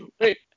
Wait